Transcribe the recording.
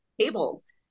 tables